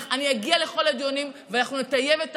אני אגיע לכל הדיונים ואנחנו נטייב את